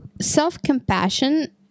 self-compassion